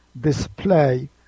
display